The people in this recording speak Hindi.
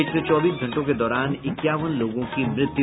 पिछले चौबीस घंटों के दौरान इक्यावन लोगों की मृत्यु